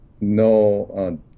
no